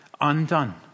undone